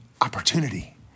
opportunity